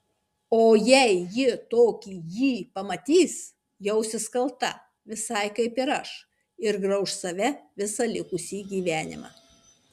o jei ji tokį jį pamatys jausis kalta visai kaip ir aš ir grauš save visą likusį gyvenimą